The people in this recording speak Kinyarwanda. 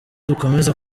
dukomeza